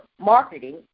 marketing